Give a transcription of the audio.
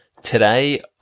Today